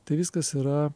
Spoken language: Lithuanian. tai viskas yra